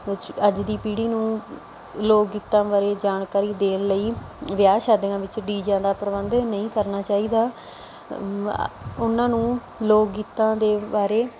ਅੱਜ ਦੀ ਪੀੜ੍ਹੀ ਨੂੰ ਲੋਕ ਗੀਤਾਂ ਬਾਰੇ ਜਾਣਕਾਰੀ ਦੇਣ ਲਈ ਵਿਆਹ ਸ਼ਾਦੀਆਂ ਵਿੱਚ ਡੀਜਿਆਂ ਦਾ ਪ੍ਰਬੰਧ ਨਹੀਂ ਕਰਨਾ ਚਾਹੀਦਾ ਉਨ੍ਹਾਂ ਨੂੰ ਲੋਕ ਗੀਤਾਂ ਦੇ ਬਾਰੇ